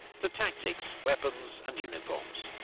to tactics, weapons and uniforms.